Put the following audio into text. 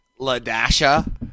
LaDasha